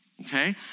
Okay